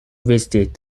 visited